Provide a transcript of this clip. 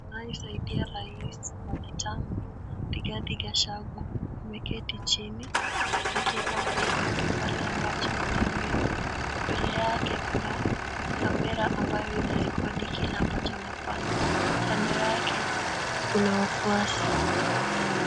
Anayesaidia rais wa kitambo Rigathi Gachagua, ameketi chini akiweka mkono yake pahali ambacho anaambiwa. Mbele yake kuna kamera ambayo inarekodi kile ambacho anafanya. Kando yake kuna wafuasi.